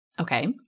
Okay